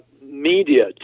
Media